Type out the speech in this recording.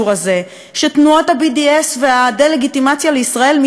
שתנועות ה-BDS והדה-לגיטימציה לישראל מתהדרות בו,